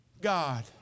God